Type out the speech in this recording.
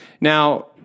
Now